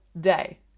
day